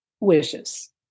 wishes